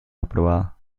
aprobada